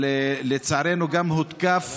אבל לצערנו גם הותקף